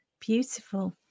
Beautiful